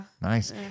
nice